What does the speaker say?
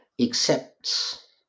Accepts